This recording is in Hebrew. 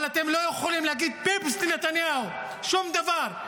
אבל אתם לא יכולים להגיד "פיפס" לנתניהו, שום דבר.